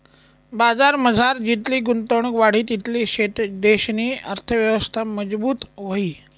बजारमझार जितली गुंतवणुक वाढी तितली देशनी अर्थयवस्था मजबूत व्हयी